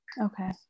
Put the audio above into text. Okay